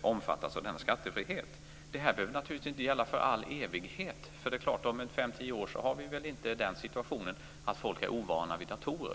omfattas av denna skattefrihet. Det här behöver naturligtvis inte gälla för all evighet. Om fem tio år har vi väl inte den situationen att folk är ovana vid datorer.